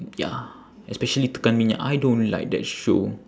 ya especially tekan minyak I don't like that show